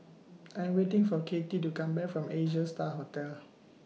I Am waiting For Cathie to Come Back from Asia STAR Hotel